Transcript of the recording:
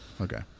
Okay